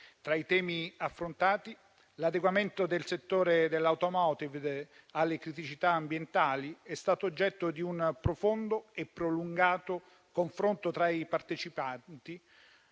Tra i temi affrontati, l'adeguamento del settore dell'*automotive* alle criticità ambientali è stato oggetto di un profondo e prolungato confronto tra i partecipanti,